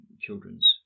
children's